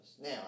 Now